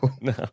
no